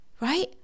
right